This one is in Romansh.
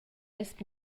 las